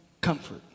comfort